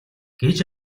гэж